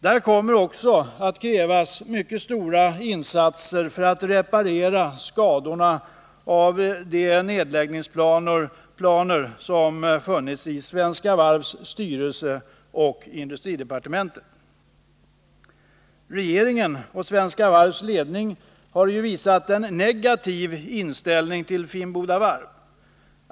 Där kommer också att krävas mycket stora insatser för att reparera skadorna av nedläggningsplaner som funnits i Svenska Varvs styrelse och i industridepartementet. Regeringen och Svenska Varvs ledning har ju visat en negativ inställning till Finnboda Varf.